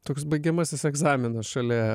toks baigiamasis egzaminas šalia